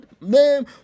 name